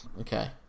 Okay